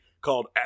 called